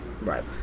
Right